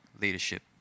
leadership